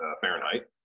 Fahrenheit